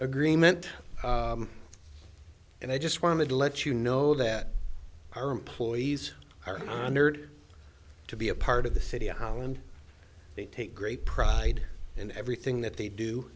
agreement and i just wanted to let you know that our employees are honored to be a part of the city of holland they take great pride in everything that they do